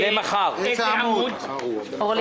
עמ'